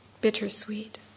Bittersweet